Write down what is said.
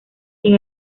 sin